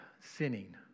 sinning